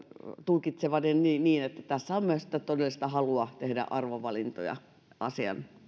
tulkitsevinani niin niin että tässä on myös todellista halua tehdä arvovalintoja asian